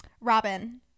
Robin